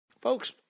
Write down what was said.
Folks